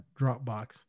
Dropbox